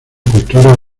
cultura